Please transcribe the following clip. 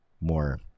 more